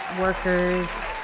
workers